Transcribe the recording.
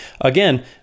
again